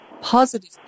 positive